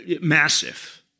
massive